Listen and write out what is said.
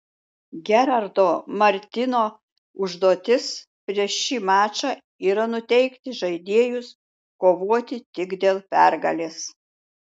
gerardo martino užduotis prieš šį mačą yra nuteikti žaidėjus kovoti tik dėl pergalės